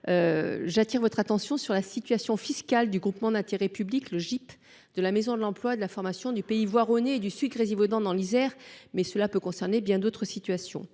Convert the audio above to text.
j’attire votre attention sur la situation fiscale du groupement d’intérêt public (GIP) de la maison de l’emploi et de la formation des pays voironnais et sud Grésivaudan dans l’Isère, qui peut concerner bien d’autres cas.